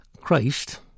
Christ